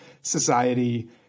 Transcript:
society